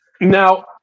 now